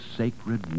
sacred